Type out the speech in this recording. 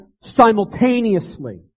simultaneously